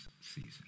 season